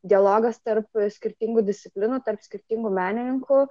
dialogas tarp skirtingų disciplinų tarp skirtingų menininkų